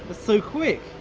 ah so quick,